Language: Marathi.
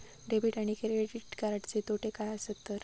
डेबिट आणि क्रेडिट कार्डचे तोटे काय आसत तर?